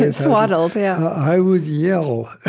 and swaddled, yeah i would yell.